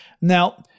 Now